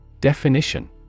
Definition